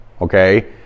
Okay